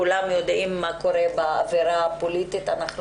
כולם יודעים מה קורה באווירה הפוליטית ואנחנו